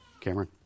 Cameron